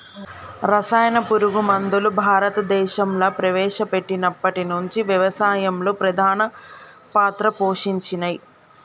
రసాయన పురుగు మందులు భారతదేశంలా ప్రవేశపెట్టినప్పటి నుంచి వ్యవసాయంలో ప్రధాన పాత్ర పోషించినయ్